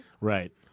right